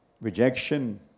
rejection